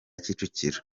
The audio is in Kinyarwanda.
kicukiro